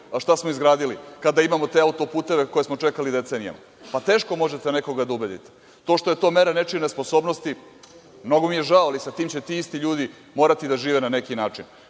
a šta smo izgradili, kada imamo te auto-puteve koje smo čekali decenijama? Pa teško možete nekoga da ubedite. To što je to mera nečije nesposobnosti, mnogo mi je žao, ali sa tim će ti isti ljudi morati da žive na neki